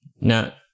now